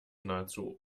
nahezu